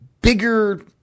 bigger